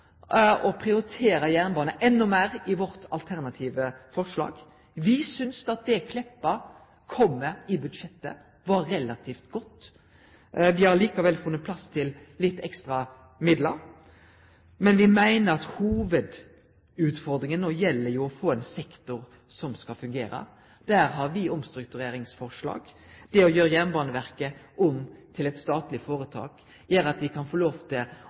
å prioritere jernbane enda meir i vårt alternative forslag. Me synest at det Meltveit Kleppa kom med i budsjettet, var relativt godt. Me har likevel funne plass til litt ekstra midlar, men me meiner at hovudutfordringa no er å få ein sektor som skal fungere. Der har me omstruktureringsforslag. Det å gjere Jernbaneverket om til eit statleg føretak gjer at dei kan få lov til